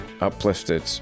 uplifted